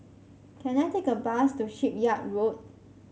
can I take a bus to Shipyard Road